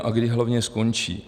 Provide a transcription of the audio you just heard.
A kdy hlavně skončí?